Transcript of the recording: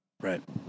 Right